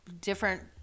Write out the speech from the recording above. different